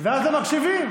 ואז הם מקשיבים.